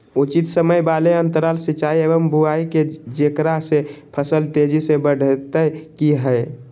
उचित समय वाले अंतराल सिंचाई एवं बुआई के जेकरा से फसल तेजी से बढ़तै कि हेय?